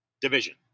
division